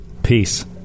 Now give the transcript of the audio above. Peace